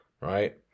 right